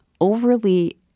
overly